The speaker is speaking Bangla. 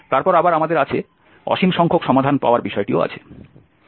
তারপর আবার আমাদের কাছে অসীম সংখ্যক সমাধান পাওয়ার বিষয়টিও আছে